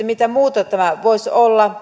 mitä muuta tämä auttaminen voisi olla